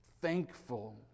thankful